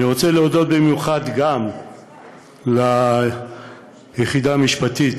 אני רוצה להודות במיוחד גם ליחידה המשפטית,